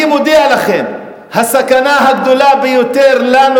אני מודיע לכם שהסכנה הגדולה ביותר לנו,